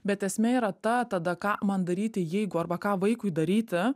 bet esmė yra ta tada ką man daryti jeigu arba ką vaikui daryti